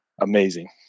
amazing